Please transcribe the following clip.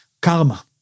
karma